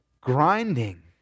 grinding